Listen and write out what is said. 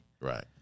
Right